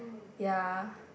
ya